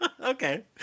Okay